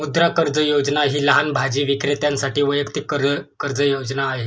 मुद्रा कर्ज योजना ही लहान भाजी विक्रेत्यांसाठी वैयक्तिक कर्ज योजना आहे